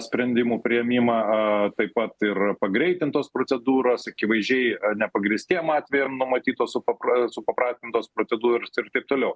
sprendimų priėmimą taip pat ir pagreitintos procedūros akivaizdžiai nepagrįstiem atvejam numatytos supap supaprastintos procedūros ir taip toliau